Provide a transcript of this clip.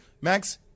Max